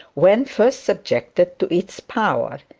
when first subjected to its power.